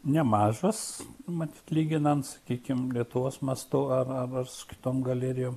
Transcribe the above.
nemažos mat lyginant sakykim lietuvos mastu ar ar su kitom galerijom